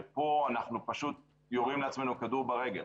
פה אנחנו פשוט יורים לעצמנו כדור ברגל.